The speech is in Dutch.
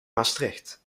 maastricht